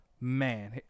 Man